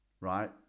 right